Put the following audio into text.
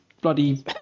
bloody